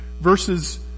Verses